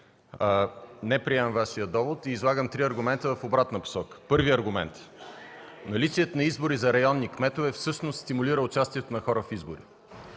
Не приемам Вашия довод и излагам три аргумента в обратна посока. Първият аргумент. Наличието на избори за районни кметове всъщност стимулира участието на хора в избори.